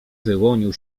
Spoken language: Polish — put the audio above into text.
wyłonił